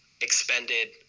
expended